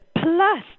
Plus